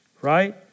right